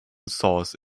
source